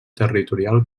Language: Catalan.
territorial